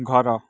ଘର